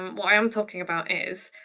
um what i am talking about is,